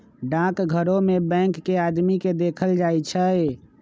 डाकघरो में बैंक के आदमी के देखल जाई छई